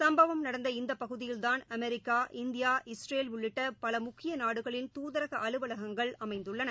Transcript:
சுப்பவம் நடந்த இந்தபகுதியில்தான் America India Israel உள்ளிட்டபலமுக்கியநாடுகளின் தூதரகஅலுவலகங்கள் அமைந்துள்ளன